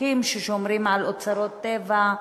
חוקים ששומרים על אוצרות טבע,